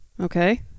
Okay